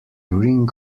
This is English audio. ring